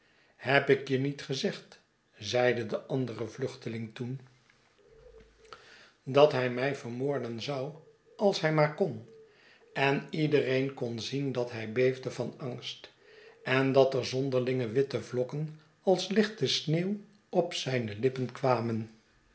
heb ik je niet gezegd zeide de andere vluchteling toen dat hij mij vermoorden zou als hij maar kon en iedereen kon zien dat hij beefde van angst en dat er zonderlinge witte vlokken als lichte sneeuw op zijne lippen kwamen